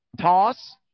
Toss